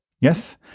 Yes